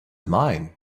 mine